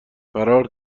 فرار